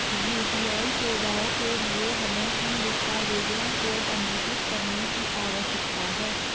UPI सेवाओं के लिए हमें किन दस्तावेज़ों को पंजीकृत करने की आवश्यकता है?